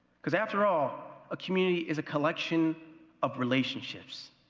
because after all, a community is a collection of relationships.